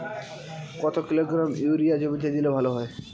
কত kilogram urea জমিতে দিলে ভালো হয়?